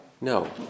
No